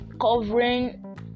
covering